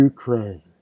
Ukraine